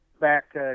back